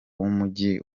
w’umujyi